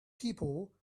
people